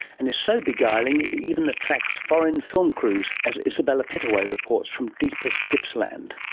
and is so beguiling it even attracts foreign film crews, as isabella pittaway reports from deepest gippsland.